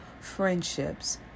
friendships